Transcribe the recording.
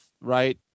Right